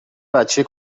بچه